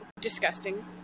disgusting